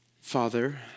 Father